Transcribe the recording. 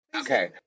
Okay